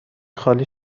خالی